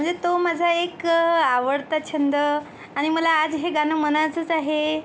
म्हणजे तो माझा एक आवडता छंद आणि मला आज हे गाणं म्हणायचंच आहे